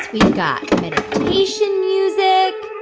we've got meditation music